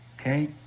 okay